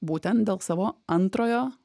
būtent dėl savo antrojo